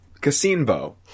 casino